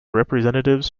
representatives